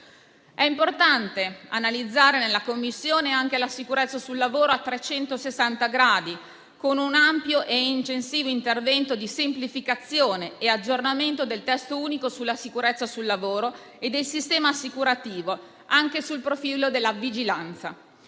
È importante analizzare nella Commissione anche la sicurezza sul lavoro a 360 gradi, con un ampio e incisivo intervento di semplificazione e aggiornamento del testo unico sulla sicurezza sul lavoro e del sistema assicurativo, anche sotto il profilo della vigilanza.